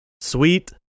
sweet